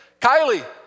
Kylie